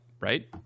right